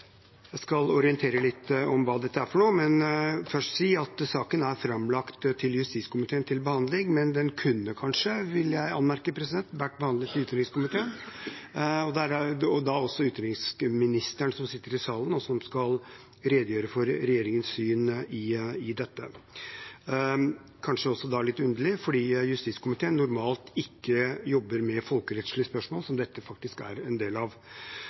justiskomiteen til behandling, men jeg vil anmerke at den kanskje kunne vært behandlet i utenrikskomiteen, og det er da også utenriksministeren som sitter i salen og skal redegjøre for regjeringens syn i dette. Det er kanskje også litt underlig fordi justiskomiteen normalt ikke jobber med folkerettslige spørsmål, som dette faktisk er en del av.